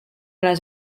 las